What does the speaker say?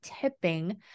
tipping